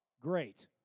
Great